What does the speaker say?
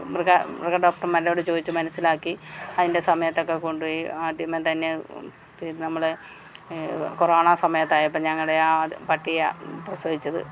മൃഗ മൃഗഡോക്ടർമാരോട് ചോദിച്ച് മനസ്സിലാക്കി അതിൻ്റെ സമയത്തൊക്കെ കൊണ്ടുപോയി ആദ്യമേ തന്നെ പിന്നെ നമ്മൾ കൊറോണ സമയത്തായപ്പോൾ ഞങ്ങളുടെ ആ പട്ടി പ്രസവിച്ചത്